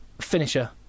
finisher